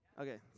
Okay